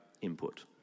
input